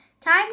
Time